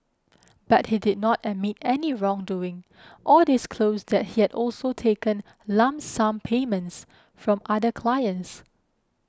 but he did not admit any wrongdoing or disclose that he had also taken lump sum payments from other clients